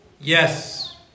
Yes